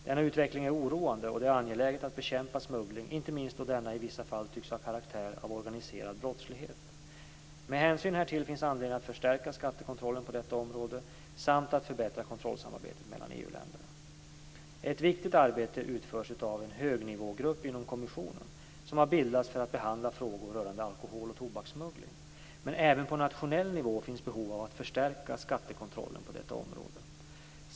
Denna utveckling är oroande, och det är angeläget att bekämpa smuggling, inte minst då denna i vissa fall tycks ha karaktär av organiserad brottslighet. Med hänsyn härtill finns anledning att förstärka skattekontrollen på detta område samt att förbättra kontrollsamarbetet mellan EU-länderna. Ett viktigt arbete utförs av en högnivågrupp inom kommissionen som har bildats för att behandla frågor rörande alkohol och tobakssmuggling. Men även på nationell nivå finns behov av att förstärka skattekontrollen på detta område.